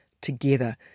together